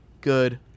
good